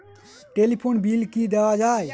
Telephone bill কি দেওয়া যায়?